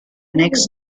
next